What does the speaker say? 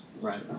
Right